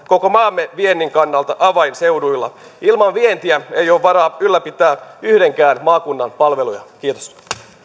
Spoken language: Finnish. koko maamme viennin kannalta avainseutuja ilman vientiä ei ole varaa ylläpitää yhdenkään maakunnan palveluja kiitos